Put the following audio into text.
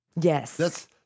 Yes